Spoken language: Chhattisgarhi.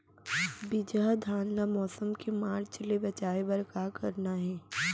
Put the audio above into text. बिजहा धान ला मौसम के मार्च ले बचाए बर का करना है?